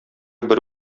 бер